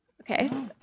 okay